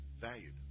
valued